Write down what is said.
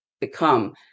become